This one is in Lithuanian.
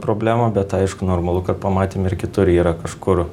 problema bet aišku normalu kad pamatėm ir kitur yra kažkur